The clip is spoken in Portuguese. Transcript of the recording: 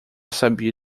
sabia